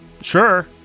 Sure